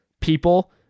people